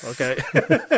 okay